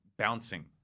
Bouncing